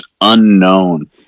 unknown